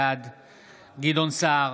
בעד גדעון סער,